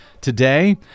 today